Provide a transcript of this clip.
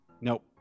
Nope